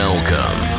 Welcome